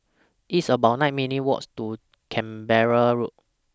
It's about nine minutes' Walks to Canberra Road